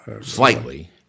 slightly